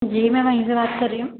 جی میں وہیں سے بات کر رہی ہوں